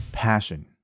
passion